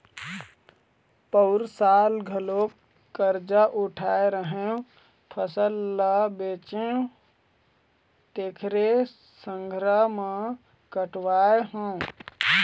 पउर साल घलोक करजा उठाय रेहेंव, फसल ल बेचेंव तेखरे संघरा म कटवाय हँव